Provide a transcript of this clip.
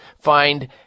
find